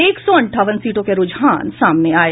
एक सौ अंठानवे सीटों के रूझान सामने आये